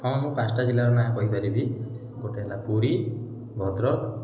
ହଁ ମୁଁ ପାଞ୍ଚଟା ଜିଲ୍ଲାର ନାଁ କହିପାରିବି ଗୋଟେ ହେଲା ପୁରୀ ଭଦ୍ରକ